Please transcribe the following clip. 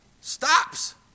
stops